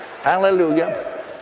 Hallelujah